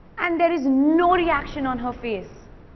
and there is no reaction on her face.